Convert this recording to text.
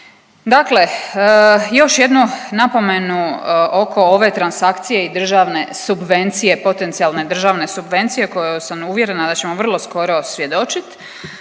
Dakle još jednu napomenu oko ove transakcije i državne subvencije, potencijalne državne subvencije koje sam uvjerena da ćemo vrlo skoro svjedočiti,